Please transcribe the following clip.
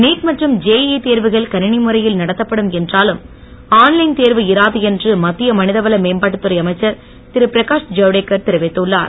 NEET மற்றும் JEE தேர்வுகள் கணிணி முறையில் நடத்தப்படும் என்றுலும் ஆன்லைன் தேர்வு இராது என்று மத்திய மனிதவள மேம்பாட்டுத்துறை அமைச்சர் திருபிரகாஷ் தவுடேகர் தெரிவித்துள்ளார்